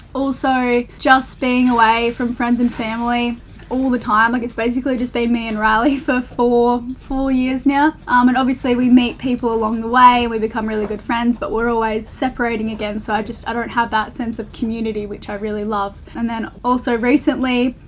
also, just being away from friends and family all the time like it's basically just been me and riley for four four years now um and obviously, we meet people on the way. we become really good friends but we're always separating again so i just i don't have that sense of community which i really love and also recently,